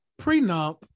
prenup